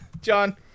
John